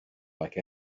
like